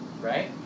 right